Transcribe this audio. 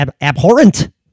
abhorrent